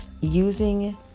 using